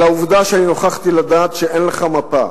על העובדה שאני נוכחתי לדעת שאין לך מפה,